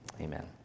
Amen